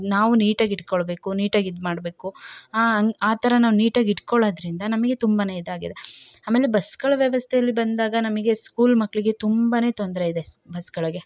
ನಾವು ನೀಟಾಗಿ ಇಟ್ಟುಕೊಳ್ಬೇಕು ನೀಟಾಗಿ ಇದು ಮಾಡಬೇಕು ಹಂಗ್ ಆ ಥರ ನಾವು ನೀಟಾಗಿ ಇಟ್ಕೊಳ್ಳೋದ್ರಿಂದ ನಮಗೆ ತುಂಬಾ ಇದಾಗಿದೆ ಆಮೇಲೆ ಬಸ್ಗಳ ವ್ಯವಸ್ಥೆಯಲ್ಲಿ ಬಂದಾಗ ನಮಗೆ ಸ್ಕೂಲ್ ಮಕ್ಕಳಿಗೆ ತುಂಬಾ ತೊಂದರೆ ಇದೆ ಬಸ್ಗಳಿಗೆ